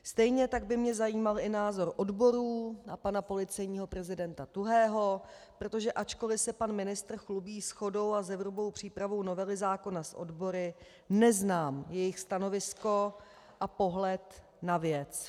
Stejně tak by mě zajímal i názor odborů a pana policejního prezidenta Tuhého, protože ačkoliv se pan ministr chlubí shodou a zevrubnou přípravou novely zákona s odbory, neznám jejich stanovisko a pohled na věc.